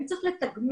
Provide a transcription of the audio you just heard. האם צריך לתגמל,